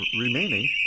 remaining